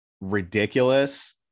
ridiculous